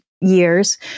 years